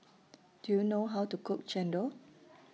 Do YOU know How to Cook Chendol